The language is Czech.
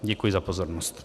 Děkuji za pozornost.